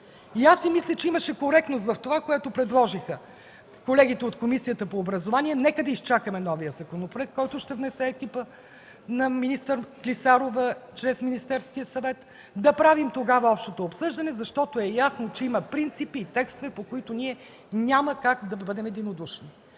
Аз си мисля, че имаше коректност в това, което предложиха колегите от Комисията по образование – нека да изчакаме новия законопроект, който ще внесе екипът на министър Клисарова чрез Министерския съвет, да правим тогава общото обсъждане, защото е ясно, че има принципи и текстове, по които ние няма как да бъдем единодушни.